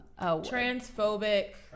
transphobic